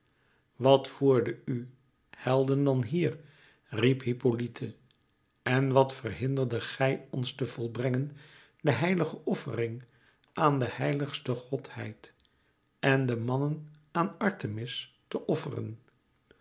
wat voerde u helden dan hier riep hippolyte en wat verhinderde gij ons te volbrengen de heilige offering aan de heiligste godheid en de mannen aan artemis te offeren